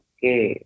Okay